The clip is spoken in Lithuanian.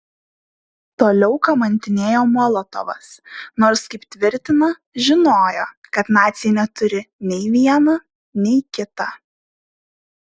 toliau kamantinėjo molotovas nors kaip tvirtina žinojo kad naciai neturi nei viena nei kita